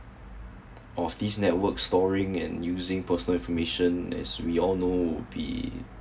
of these networks storing and using personal information as we all know would be